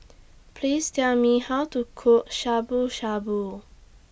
Please Tell Me How to Cook Shabu Shabu